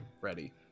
ready